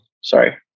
Sorry